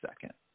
second